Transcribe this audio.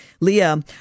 Leah